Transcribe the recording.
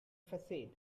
facade